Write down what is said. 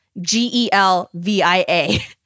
G-E-L-V-I-A